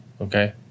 okay